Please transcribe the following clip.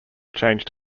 changed